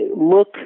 look